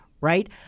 right